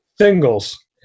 singles